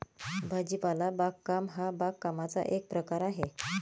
भाजीपाला बागकाम हा बागकामाचा एक प्रकार आहे